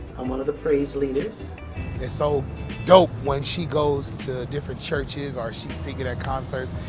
i'm one of the praise leaders. it's so dope when she goes to different churches, or she's singing at concerts,